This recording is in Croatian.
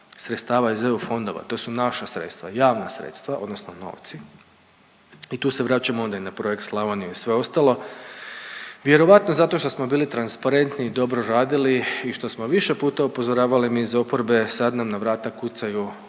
sredstava iz EU fondova. To su naša sredstva, javna sredstva, odnosno novci i tu se vraćamo onda i na projekt Slavonije i sve ostalo. Vjerojatno zato što smo bili transparentni i dobro radili i što smo više puta upozoravali mi iz oporbe sad nam na vrata kucaju